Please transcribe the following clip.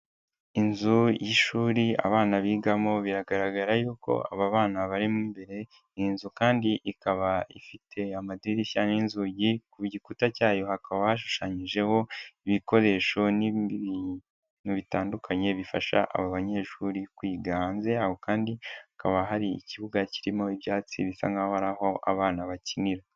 Inzu y'ishuri abana bigamo biragaragara yuko aba bana bari imbere, iyi nzu kandi ikaba ifite amadirishya n'inzugi ku gikuta cyayo hakaba hashushanyijeho ibikoresho n'ibindi bintu bitandukanye bifasha aba banyeshuri kwiga hanze yawo kandi hakaba hari ikibuga kirimo ibyatsi bisa nkaho aba abana bakinira.